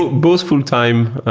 but both fulltime.